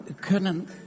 können